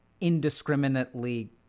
indiscriminately